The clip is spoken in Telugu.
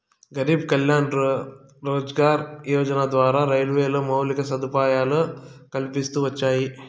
గరీబ్ కళ్యాణ్ రోజ్గార్ యోజన ద్వారా రైల్వేలో మౌలిక సదుపాయాలు కల్పిస్తూ వచ్చారు